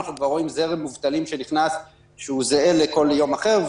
והיום אנחנו כבר רואים זרם מובטלים שנכנס שהוא זהה לכל יום אחר,